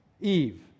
Eve